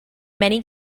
many